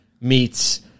meets